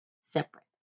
separate